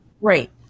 Great